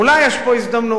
אולי יש פה הזדמנות.